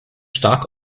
stark